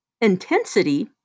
intensity